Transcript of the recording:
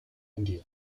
india